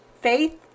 Faith